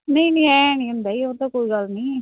ਨਹੀਂ ਨਹੀਂ ਹੈ ਨਹੀਂ ਹੁੰਦਾ ਜੀ ਉਹ ਤਾਂ ਕੋਈ ਗੱਲ ਨਹੀਂ